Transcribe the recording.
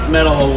Metal